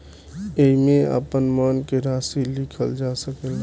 एईमे आपन मन से राशि लिखल जा सकेला